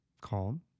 calm